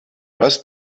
was